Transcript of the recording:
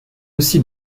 aussi